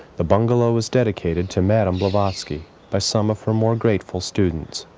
the bungalow was dedicated to madame blavatsky by some of her more greatful students.